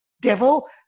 devil